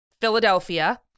Philadelphia